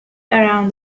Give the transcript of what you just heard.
around